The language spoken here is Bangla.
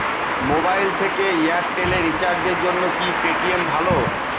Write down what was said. মোবাইল থেকে এয়ারটেল এ রিচার্জের জন্য কি পেটিএম ভালো?